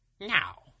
Now